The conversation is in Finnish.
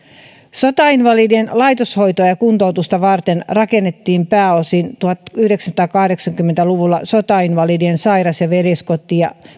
sotainvalidien laitoshoitoa ja kuntoutusta varten rakennettiin pääosin tuhatyhdeksänsataakahdeksankymmentä luvulla sotainvalidien sairas ja veljeskoteihin